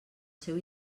seu